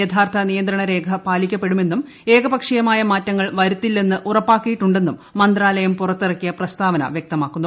യഥാർത്ഥ നിയന്ത്രണരേഖ പാലിക്കപ്പെടുമെന്നും ഏകപക്ഷീയമായ മാറ്റങ്ങൾ വരുത്തില്ലെന്ന് ഉറപ്പാക്കിയിട്ടുണ്ടെന്നും മന്ത്രാലയം പുറത്തിറക്കിയ പ്രസ്താവന വൃക്തമാക്കുന്നു